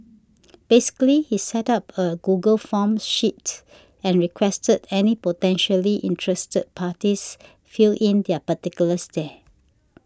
basically he set up a Google Forms sheet and requested any potentially interested parties fill in their particulars there